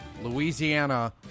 Louisiana